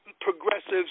progressives